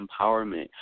empowerment